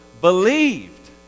believed